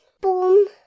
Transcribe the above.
boom